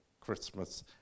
Christmas